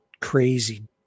crazy